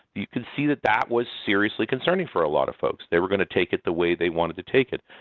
you can see that that was seriously concerning for a lot of folks. they were going to take it the way they wanted to take it.